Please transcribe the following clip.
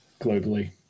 globally